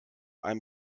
einem